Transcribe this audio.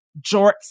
Jorts